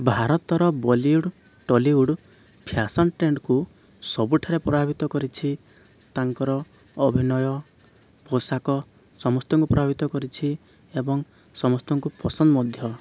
ଭାରତରବଲିଉଡ଼ Tollywood fashion ଟ୍ରେଣ୍ଡକୁ ସବୁଠାରେ ପ୍ରଭାବିତ କରିଛି ତାଙ୍କର ଅଭିନୟ ପୋଷାକ ସମସ୍ତଙ୍କୁ ପ୍ରଭାବିତ କରିଛି ଏବଂ ସମସ୍ତଙ୍କୁ ପସନ୍ଦ ମଧ୍ୟ